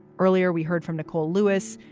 earlier we heard from nicole lewis.